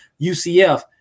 UCF